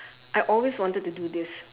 I always wanted to do this